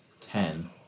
Ten